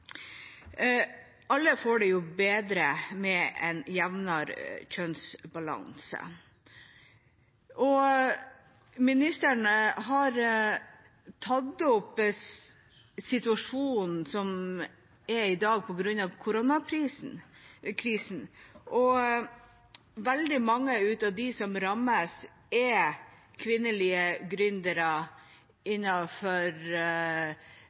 Alle får det bedre med en jevnere kjønnsbalanse. Ministeren har tatt opp situasjonen som er i dag på grunn av koronakrisa, og veldig mange av dem som rammes, er kvinnelige